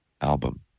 album